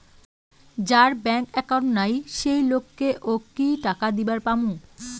যার bank account নাই সেই লোক কে ও কি টাকা দিবার পামু?